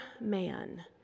man